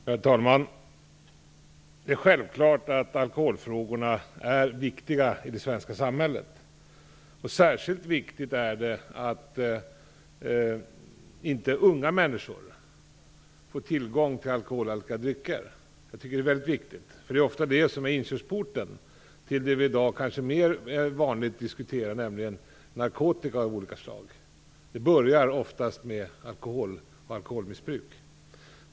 Herr talman! Det är självklart att alkoholfrågorna är viktiga i det svenska samhället. Särskilt viktigt är det att inte unga människor får tillgång till alkoholhaltiga drycker. Det är väldigt viktigt, eftersom det ofta är det som är inkörsporten till det vi i dag kanske oftare diskuterar, nämligen narkotika av olika slag. Det börjar oftast med alkohol och alkoholmissbruk.